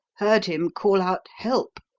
heard him call out help!